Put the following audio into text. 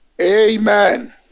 Amen